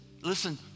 listen